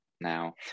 now